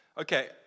Okay